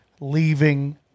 leaving